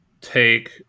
take